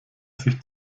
sich